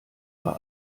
war